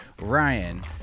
Ryan